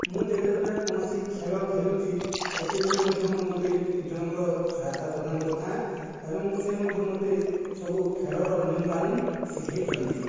ମୁଁ ଯେତେବେଳେ କୌଣସି ଖେଳ ଖେଳୁଛି ସେତେବେଳେ ମଧ୍ୟ ମୁଁ ଗୋଟିଏ ଜଣଙ୍କର ସହାୟତା ପ୍ରଦାନ କରିଥାଏ ଏବଂ ସେ ମଧ୍ୟ ମୋତେ ସବୁ ଖେଳର ନିୟମ କାନୁନ ଶିଖେଇଛନ୍ତି